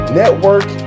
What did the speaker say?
network